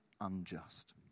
unjust